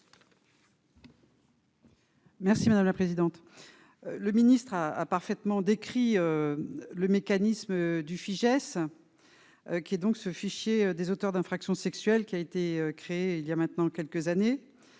Merci madame la présidente, le ministre a a parfaitement décrit le mécanisme du Fijais qui est donc ce fichier des auteurs d'infractions sexuelles qui a été créé il y a maintenant quelques années,